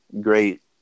great